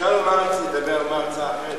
אפשר, לדבר על מה ההצעה האחרת.